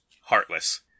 heartless